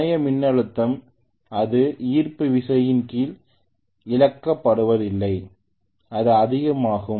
முனைய மின்னழுத்தம் அது ஈர்ப்பு விசையால் கீழே இழுக்கப்படுவதால் அது அதிகமாகும்